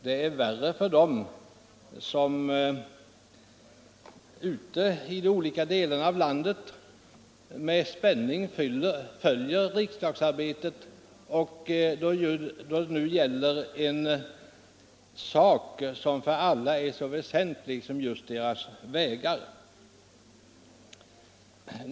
Det är värre för de människor i olika delar av landet som med spänning följer riksdagsarbetet, i synnerhet när det gäller en sak som är så väsentlig som vägarna i deras hemtrakter.